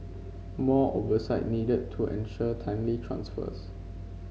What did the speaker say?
more oversight needed to ensure timely transfers